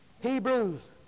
Hebrews